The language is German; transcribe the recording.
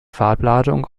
farbladung